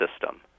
system